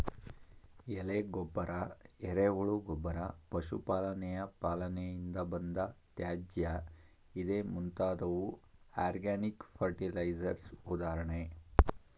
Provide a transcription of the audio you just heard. ಎಲೆ ಗೊಬ್ಬರ, ಎರೆಹುಳು ಗೊಬ್ಬರ, ಪಶು ಪಾಲನೆಯ ಪಾಲನೆಯಿಂದ ಬಂದ ತ್ಯಾಜ್ಯ ಇದೇ ಮುಂತಾದವು ಆರ್ಗ್ಯಾನಿಕ್ ಫರ್ಟಿಲೈಸರ್ಸ್ ಉದಾಹರಣೆ